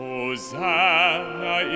Hosanna